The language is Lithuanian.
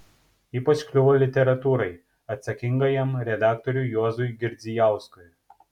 ypač kliuvo literatūrai atsakingajam redaktoriui juozui girdzijauskui